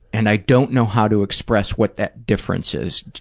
and i don't know how to express what that difference is.